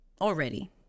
already